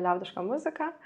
liaudišką muziką